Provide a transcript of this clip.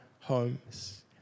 homes